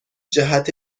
جهت